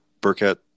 Burkett